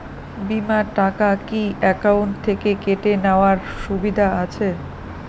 বিমার টাকা কি অ্যাকাউন্ট থেকে কেটে নেওয়ার সুবিধা আছে?